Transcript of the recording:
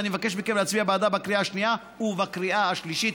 ואני מבקש מכם להצביע בעדה בקריאה השנייה ובקריאה השלישית.